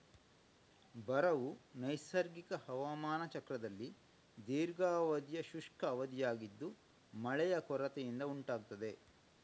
ಬರವು ನೈಸರ್ಗಿಕ ಹವಾಮಾನ ಚಕ್ರದಲ್ಲಿ ದೀರ್ಘಾವಧಿಯ ಶುಷ್ಕ ಅವಧಿಯಾಗಿದ್ದು ಮಳೆಯ ಕೊರತೆಯಿಂದ ಉಂಟಾಗ್ತದೆ